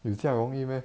有这样容易 meh